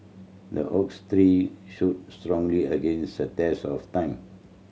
the oak tree stood strong against the test of time